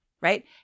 right